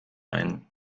ein